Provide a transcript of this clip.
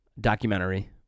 documentary